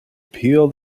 peel